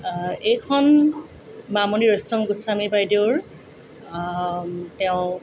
এইখন মামনি ৰয়চম গোস্বামী বাইদেউৰ তেওঁ